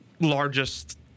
largest